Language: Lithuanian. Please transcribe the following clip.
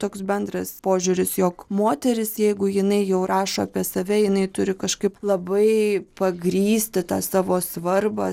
toks bendras požiūris jog moteris jeigu jinai jau rašo apie save jinai turi kažkaip labai pagrįsti tą savo svarbą